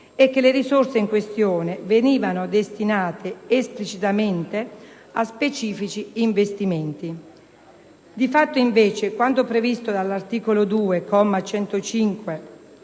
e che le risorse in questione venivano destinate esplicitamente a specifici investimenti. Di fatto, invece, quanto previsto all'articolo 2,